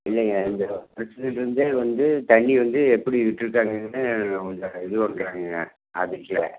இல்லைங்க இந்த பிரச்சனைலருந்தே வந்து தண்ணி வந்து எப்படி விட்டுருக்காங்கன்னு கொஞ்சம் இது பண்ணுறாங்கங்க